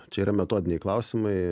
čia yra metodiniai klausimai